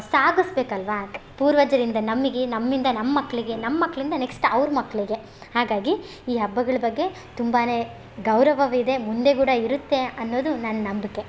ಸಾಗಿಸ್ಬೇಕಲ್ವಾ ಪೂರ್ವಜರಿಂದ ನಮಗೆ ನಮ್ಮಿಂದ ನಮ್ಮ ಮಕ್ಕಳಿಗೆ ನಮ್ಮ ಮಕ್ಕಳಿಂದ ನೆಕ್ಸ್ಟ್ ಅವ್ರ ಮಕ್ಕಳಿಗೆ ಹಾಗಾಗಿ ಈ ಹಬ್ಬಗಳು ಬಗ್ಗೆ ತುಂಬಾ ಗೌರವವಿದೆ ಮುಂದೆ ಕೂಡ ಇರುತ್ತೆ ಅನ್ನೋದು ನನ್ನ ನಂಬಿಕೆ